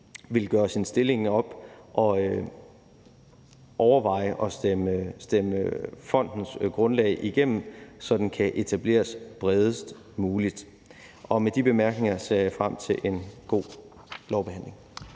vil gøre deres stilling op og overveje at stemme fondens grundlag igennem, så den kan etableres bredest muligt. Med de bemærkninger ser jeg frem til en god lovbehandling.